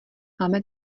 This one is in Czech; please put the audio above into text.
máme